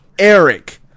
Eric